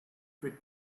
quit